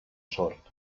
sort